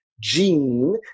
gene